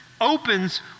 opens